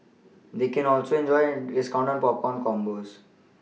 they can also enjoy discounts on popcorn combos